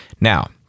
Now